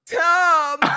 Tom